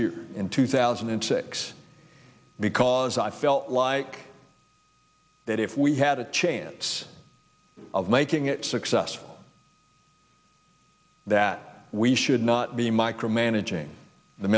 year in two thousand and six because i felt like that if we had a chance of making it successful that we should not be micromanaging the